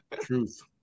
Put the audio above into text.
Truth